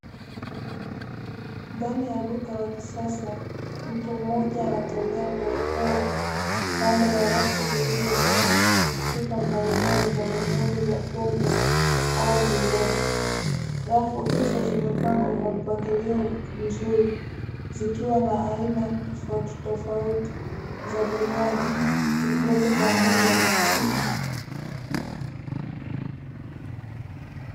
Ndani ya duka la kisasa, mtu mmoja anatembea polepole kando ya rafu zilizojaa chupa mbalimbali za vinywaji za pombe au vileo, rafu hizo zimepangwa kwa mpangilio mzuri, zikiwa na aina tofautitofauti za vinywaji, ikiwepo pamoja na mvinyo.